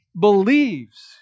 believes